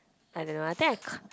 I don't know I think I c~